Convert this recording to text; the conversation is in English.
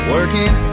Working